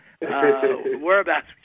whereabouts